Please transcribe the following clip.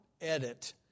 edit